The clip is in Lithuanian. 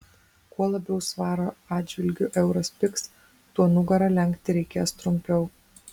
kuo labiau svaro atžvilgiu euras pigs tuo nugarą lenkti reikės trumpiau